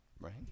Right